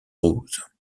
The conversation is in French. roses